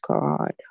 God